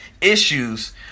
issues